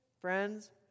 friends